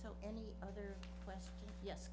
so any others yes